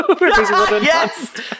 Yes